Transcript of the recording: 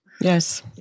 Yes